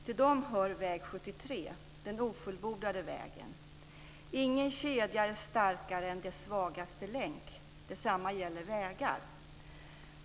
Till dem hör väg 73, den ofullbordade vägen. Ingen kedja är starkare än sin svagaste länk, och detsamma gäller för vägar.